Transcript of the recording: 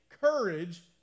courage